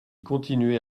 continuait